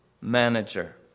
manager